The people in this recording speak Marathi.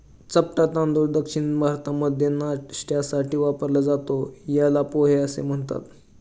चपटा तांदूळ दक्षिण भारतामध्ये नाष्ट्यासाठी वापरला जातो, याला पोहे असं म्हणतात